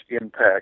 impact